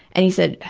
and he said,